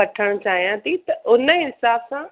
वठणु चाहियां थी त हुन हिसाब सां